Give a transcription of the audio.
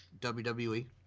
WWE